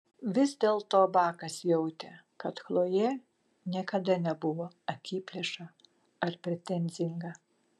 vis dėlto bakas jautė kad chlojė niekada nebuvo akiplėša ar pretenzinga